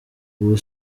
ubu